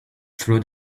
through